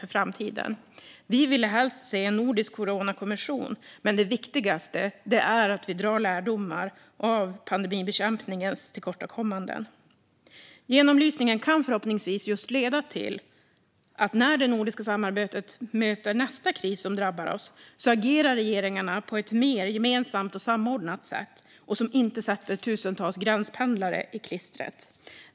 Vi hade helst velat se en nordisk coronakommission, men det viktigaste är att vi drar lärdomar av pandemibekämpningens tillkortakommanden. Genomlysningen kan förhoppningsvis leda till att regeringarna, när det nordiska samarbetet möter nästa kris som drabbar oss, agerar på ett mer gemensamt och samordnat sätt, som inte sätter tusentals gränspendlare i klistret.